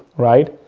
right?